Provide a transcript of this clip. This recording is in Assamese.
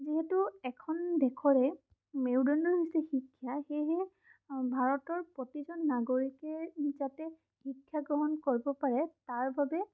যিহেতু এখন দেশৰে মেৰুদণ্ডই হৈছে শিক্ষা সেয়েহে ভাৰতৰ প্ৰতিজন নাগৰিকে নিজকে শিক্ষা গ্ৰহণ কৰিব পাৰে তাৰ বাবে